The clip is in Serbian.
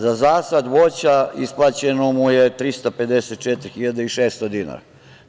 Za zasad voća isplaćeno mu je 354.600 dinara.